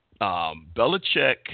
Belichick